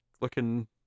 looking